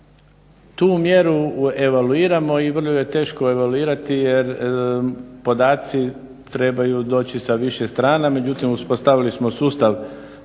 Tu mjeru evaluiramo i vrlo ju je teško evaluirati jer podaci trebaju doći sa više strana, međutim uspostavili smo sustav kako